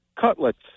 cutlets